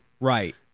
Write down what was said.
Right